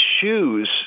shoes